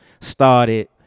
started